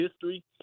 history